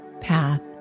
path